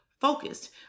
focused